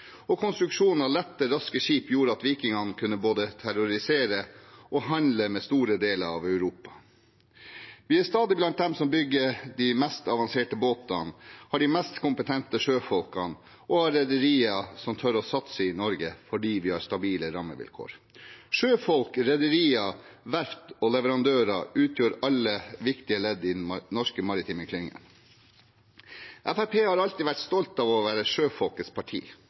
Og konstruksjon av lette, raske skip gjorde at vikingene kunne både terrorisere og handle med store deler av Europa. Vi er stadig blant dem som bygger de mest avanserte båtene, har de mest kompetente sjøfolkene og har rederier som tør å satse i Norge, fordi vi har stabile rammevilkår. Sjøfolk, rederier, verft og leverandører utgjør alle viktige ledd i den norske maritime klyngen. Fremskrittspartiet har alltid vært stolte av å være sjøfolketst parti.